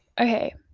Okay